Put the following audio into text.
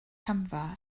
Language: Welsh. camfa